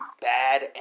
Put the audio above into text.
bad